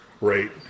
Right